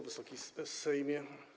Wysoki Sejmie!